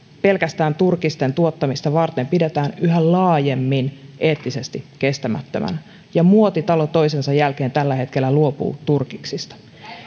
pelkästään turkisten tuottamista varten pidetään yhä laajemmin eettisesti kestämättömänä ja muotitalo toisensa jälkeen tällä hetkellä luopuu turkiksista